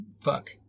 fuck